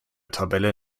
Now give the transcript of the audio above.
tabelle